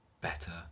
better